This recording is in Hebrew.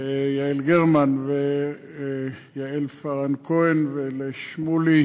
ליעל גרמן וליעל כהן-פארן ולשמולי,